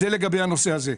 זה לגבי הנושא הזה.